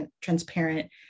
transparent